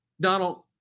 Donald